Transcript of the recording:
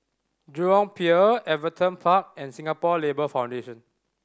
Jurong Pier Everton Park and Singapore Labour Foundation